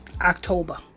October